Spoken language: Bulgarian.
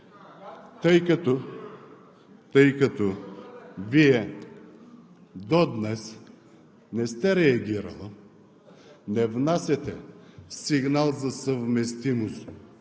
Тъй като Вие до днес не сте реагирала, не внасяте сигнал за съвместимост